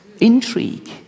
Intrigue